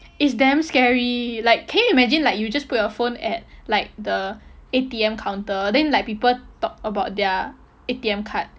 it's damn scary like can you imagine like you just put your phone at like the A_T_M counter then like people talk about their A_T_M card